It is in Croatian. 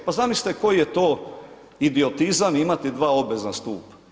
Pa zamislite koji je to idiotizam imati dva obvezna stupa.